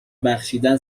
بخشیدن